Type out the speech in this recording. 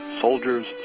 Soldiers